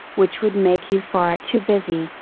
which would make you far too busy,